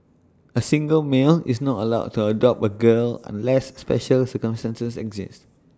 A single male is not allowed to adopt A girl unless special circumstances exist